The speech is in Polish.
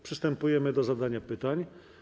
Przystępujemy do zadawania pytań.